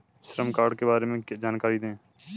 श्रम कार्ड के बारे में जानकारी दें?